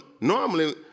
normally